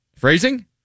Phrasing